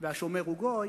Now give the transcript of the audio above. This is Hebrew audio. והשומר הוא גוי,